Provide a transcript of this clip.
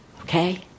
okay